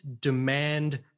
demand